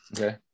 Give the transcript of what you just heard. okay